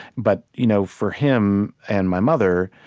but you know for him and my mother,